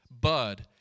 Bud